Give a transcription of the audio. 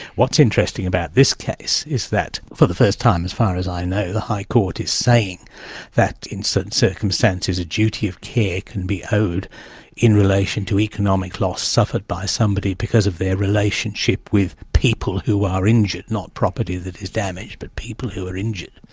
what's interesting about this case is that, for the first time as far as i know, the high court is saying that in certain circumstances a duty of care can be owed in relation to economic loss suffered by somebody because of their relationship with people who are injured, not property that is damaged, but people who are injured,